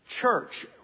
church